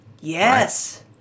Yes